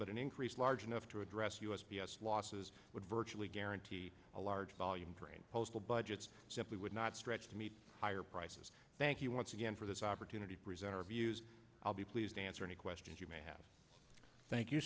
but an increase large enough to address u s p s losses would virtually guarantee a large volume drain postal budgets simply would not stretch to meet higher prices thank you once again for this opportunity prisoner abuse i'll be pleased to answer any questions you may have thank you